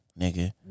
nigga